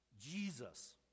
Jesus